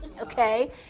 okay